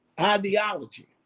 ideology